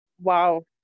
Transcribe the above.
Wow